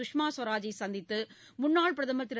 சுஷ்மா ஸ்வராஜை சந்தித்து முன்னாள் பிரதமர் திரு